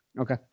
Okay